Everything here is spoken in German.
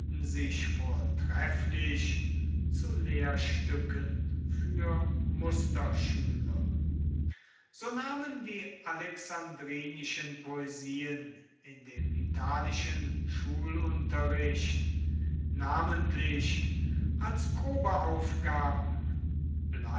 sich vortrefflich zu lehrstücken für musterschüler so nahmen die alexandrinischen poesien in dem italischen schulunterricht namentlich als